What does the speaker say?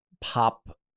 pop